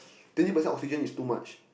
twenty percent oxygen is too much